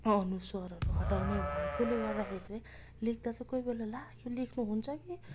अनुसारहरू हटाउने भएकोले गर्दाखेरि चाहिँ लेख्दा त कोही बेला ला यो लेख्नु हुन्छ के